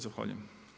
Zahvaljujem.